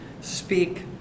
speak